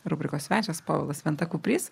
rubrikos svečias povilas venta kuprys